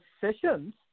sessions